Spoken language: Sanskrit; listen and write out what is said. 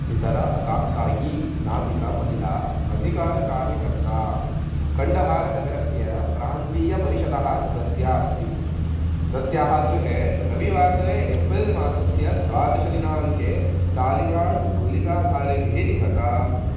सितरा अकाक्सायी नामीका महिला अधिकार्यकर्ता कण्डहारनगरस्य प्रान्तीयपरिषदि सदस्या अस्ति तस्याः गृहे रविवासरे एप्रिल् मासस्य द्वादशदिनाङ्के तालिबान् गुलिकाधारभिः निहता